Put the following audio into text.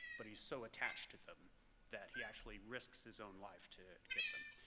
but he's so attached to them that he actually risks his own life to get them.